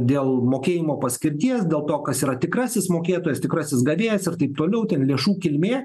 dėl mokėjimo paskirties dėl to kas yra tikrasis mokėtojas tikrasis gavėjas ir taip toliau ten lėšų kilmė